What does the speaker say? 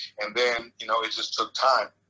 and then, you know it just took time.